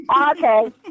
Okay